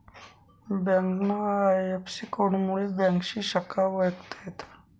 ब्यांकना आय.एफ.सी.कोडमुये ब्यांकनी शाखा वयखता येस